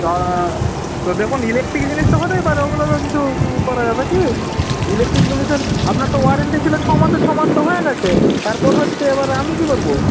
তা তো দেখুন ইলেকট্রিক জিনিস তো হতেই পারে ওগুলো তো কিছু করা যাবে কী ইলেকট্রিক জিনিসের আপনার তো ওয়্যারেন্টি ছিল ছ মাসে ছ মাস তো হয়ে গিয়েছে তারপর হচ্ছে এবার আমি কী করব